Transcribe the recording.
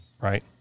right